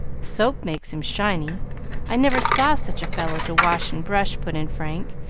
soap makes him shiny i never saw such a fellow to wash and brush, put in frank,